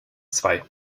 zwei